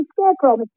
scarecrow